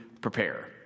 prepare